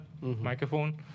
microphone